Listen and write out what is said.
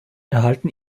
erhalten